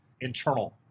internal